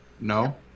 No